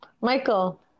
Michael